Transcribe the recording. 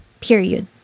period